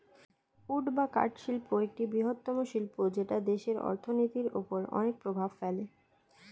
would বা কাঠ শিল্প একটি বৃহত্তম শিল্প যেটা দেশের অর্থনীতির ওপর অনেক প্রভাব ফেলে